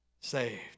saved